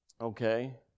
Okay